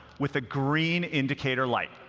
with a green indicator light.